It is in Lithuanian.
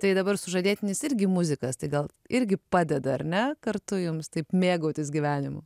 tai dabar sužadėtinis irgi muzikas tai gal irgi padeda ar ne kartu jums taip mėgautis gyvenimu